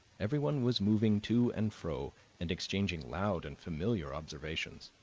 everyone was moving to and fro and exchanging loud and familiar observations.